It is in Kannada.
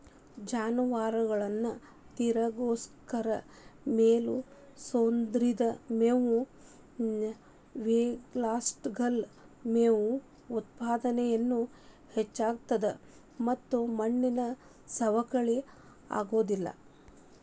ಜಾನುವಾರುಗಳನ್ನ ತಿರಗಸ್ಕೊತ ಮೇಯಿಸೋದ್ರಿಂದ ಮೇವು ವೇಷ್ಟಾಗಲ್ಲ, ಮೇವು ಉತ್ಪಾದನೇನು ಹೆಚ್ಚಾಗ್ತತದ ಮತ್ತ ಮಣ್ಣಿನ ಸವಕಳಿ ಆಗೋದಿಲ್ಲ